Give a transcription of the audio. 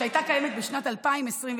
שהייתה קיימת בשנת 2022,